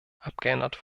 abgeändert